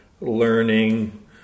learning